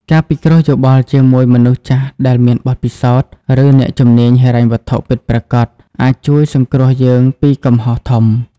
ការពិគ្រោះយោបល់ជាមួយមនុស្សចាស់ដែលមានបទពិសោធន៍ ឬអ្នកជំនាញហិរញ្ញវត្ថុពិតប្រាកដ អាចជួយសង្គ្រោះយើងពីកំហុសធំ។